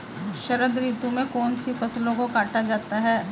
शरद ऋतु में कौन सी फसलों को काटा जाता है?